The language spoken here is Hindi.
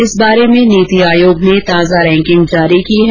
इस बारे में नीति आयोग ने ताजा रैंकिंग जारी की है